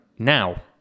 Now